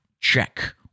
Check